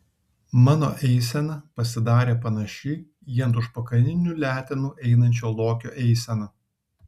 mano eisena pasidarė panaši į ant užpakalinių letenų einančio lokio eiseną